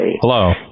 hello